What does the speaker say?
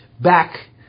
back